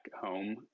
home